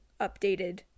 updated